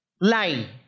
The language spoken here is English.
lie